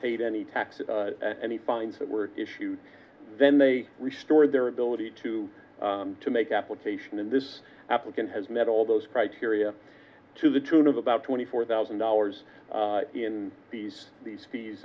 paid any taxes and he finds that were issued then they restored their ability to make application in this applicant has met all those criteria to the tune of about twenty four thousand dollars in these these fees